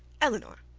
elinor,